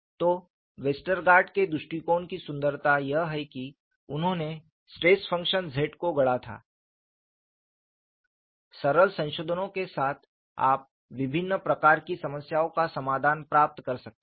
तो वेस्टरगार्ड के दृष्टिकोण की सुंदरता यह है कि उन्होंने स्ट्रेस फंक्शन Z को गढ़ा था सरल संशोधनों के साथ आप विभिन्न प्रकार की समस्याओं का समाधान प्राप्त कर सकते हैं